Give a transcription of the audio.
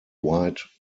white